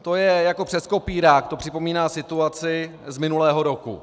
To je jako přes kopírák, to připomíná situaci z minulého roku.